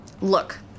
Look